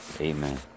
amen